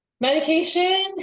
medication